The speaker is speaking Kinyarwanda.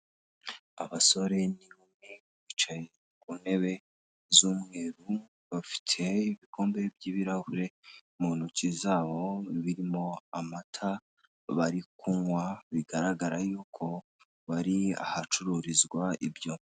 Abasore n'inkumi bicaye ku ntebe z'umweru bafite ibikombe by'ibirahure mu ntoki zabo birimo amata bari kunywa, bigaragara yuko bari ahacururizwa ibyo.